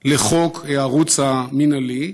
לחוק, "הערוץ המינהלי"